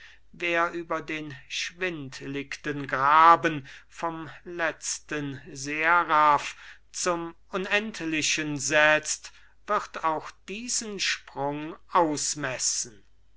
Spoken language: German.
wer über den schwindligten graben vom letzten seraph zum unendlichen setzt wird auch diesen sprung ausmessen